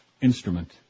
instrument